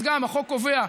החוק קובע,